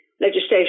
Legislation